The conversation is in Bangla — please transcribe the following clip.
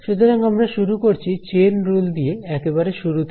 সুতরাং আমরা শুরু করছি চেইন রুল দিয়ে একেবারে শুরু থেকে